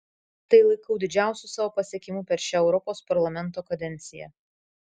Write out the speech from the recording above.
tai laikau didžiausiu savo pasiekimu per šią europos parlamento kadenciją